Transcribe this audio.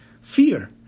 fear